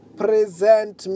present